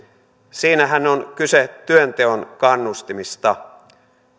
siinähän on kyse työnteon kannustimista